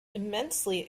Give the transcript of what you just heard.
immensely